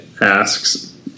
asks